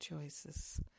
choices